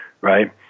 Right